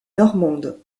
normande